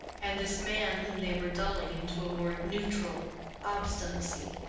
and this man whom they were dulling into a more neutral obstinacy.